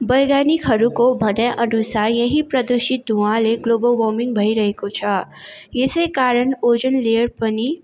वैज्ञानिकहरूको भनाइ अनुसार यही प्रदूषित धुँवाले ग्लोबल वार्मिङ भइरहेको छ यसै कारण ओजन लेयर पनि